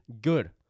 Good